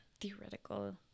theoretical